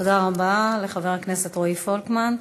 תודה רבה לחבר הכנסת רועי פולקמן.